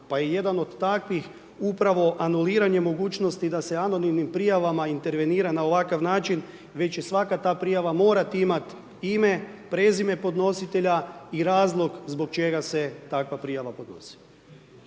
pa je jedan od takvih upravo anuliranje mogućnosti da se anonimnim prijavama intervenira na ovakav način već će svaka ta prijava morati imati ime, prezime podnositelja i razlog zbog čega se takva prijava podnosi.